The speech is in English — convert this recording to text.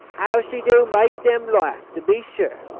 how she do make them laugh, to be sure!